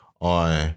on